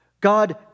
God